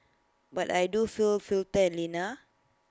but I do feel fitter and leaner